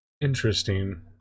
Interesting